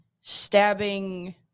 stabbing